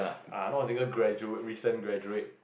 ah not a single graduate recent graduate